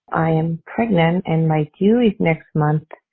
i am pregnant and my family next month.